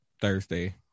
Thursday